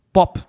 Pop